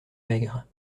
maigres